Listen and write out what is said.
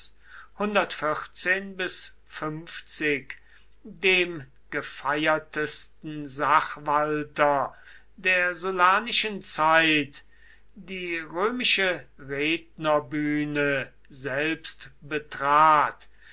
dem gefeiertsten sachwalter der sullanischen zeit die römische rednerbühne selbst betrat